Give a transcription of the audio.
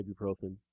ibuprofen